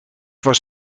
was